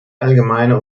allgemeine